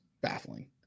baffling